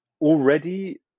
already